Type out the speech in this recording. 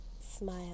smile